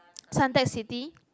Suntec-City